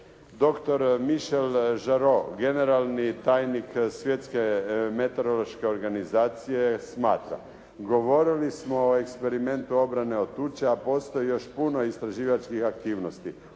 Michell Garo, generalni tajnik Svjetske meteorološke organizacije smatra: «Govorili smo o eksperimentu obrane od tuče a postoji još puno istraživačkih aktivnosti.